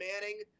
Manning